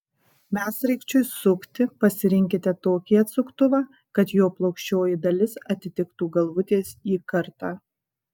medsraigčiui sukti pasirinkite tokį atsuktuvą kad jo plokščioji dalis atitiktų galvutės įkartą